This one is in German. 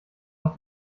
aus